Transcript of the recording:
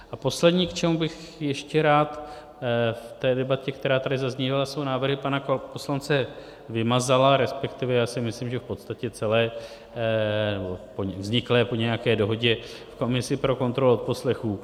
A poslední, k čemu bych ještě rád v té debatě, která tady zaznívala, jsou návrhy pana poslance Vymazala, resp. si myslím, že v podstatě celé vzniklé po nějaké dohodě v komisi pro kontrolu odposlechů.